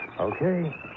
Okay